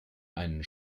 einen